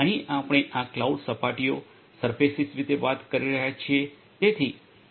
અહીં આપણે આ કલાઉડ સપાટીઓ વિશે વાત કરી રહ્યા છીએ